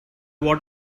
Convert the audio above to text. what